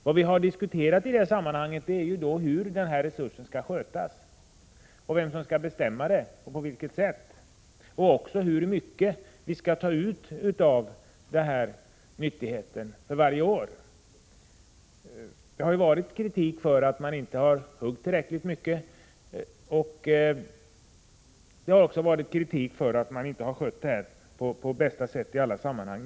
Vad vi har diskuterat i det här sammanhanget är hur denna resurs skall skötas, vem som skall bestämma om detta och på vilket sätt, och hur mycket vi skall ta ut av den här nyttigheten för varje år. Det har ju förekommit kritik för att man inte har huggit tillräckligt mycket, och det har också förekommit kritik för att man inte har skött det hela på bästa sätt i alla sammanhang.